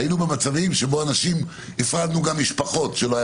היינו במצב בו הפרדנו גם משפחות כשלא הייתה